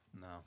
No